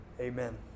Amen